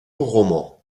roman